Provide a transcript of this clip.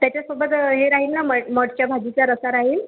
त्याच्यासोबत हे राहील ना मठ मठच्या भाजीचा रस्सा राहील